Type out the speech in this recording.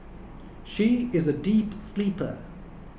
she is a deep sleeper